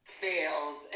fails